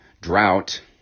Drought